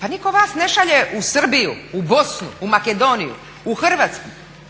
Pa niko vas ne šalje u Srbiju, u Bosnu, u Makedoniju, u Hrvatsku.